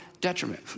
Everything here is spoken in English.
detriment